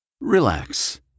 Relax